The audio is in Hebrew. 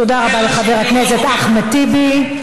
תודה רבה לחבר הכנסת אחמד טיבי.